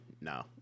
no